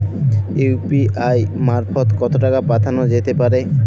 UPI মারফত কত টাকা পাঠানো যেতে পারে?